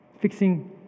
fixing